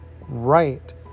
right